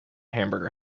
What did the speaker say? hamburger